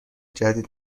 جدید